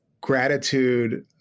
gratitude